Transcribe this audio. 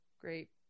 great